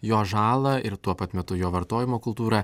jo žalą ir tuo pat metu jo vartojimo kultūrą